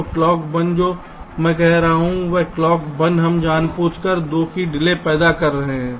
तो क्लॉक 1 जो मैं कह रहा हूं वह क्लॉक 1 हम जानबूझकर 2 की डिले पैदा कर रहे हैं